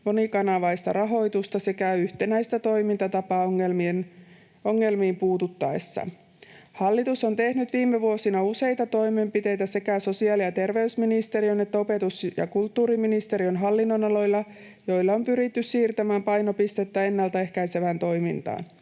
monikanavaista rahoitusta sekä yhtenäistä toimintatapaa ongelmiin puututtaessa. Hallitus on tehnyt viime vuosina sekä sosiaali‑ ja terveysministeriön että opetus‑ ja kulttuuriministeriön hallinnonaloilla useita toimenpiteitä, joilla on pyritty siirtämään painopistettä ennaltaehkäisevään toimintaan.